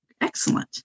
Excellent